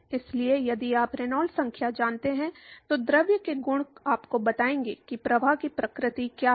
इसलिए यदि आप रेनॉल्ड्स संख्या जानते हैं तो द्रव के गुण आपको बताएंगे कि प्रवाह की प्रकृति क्या है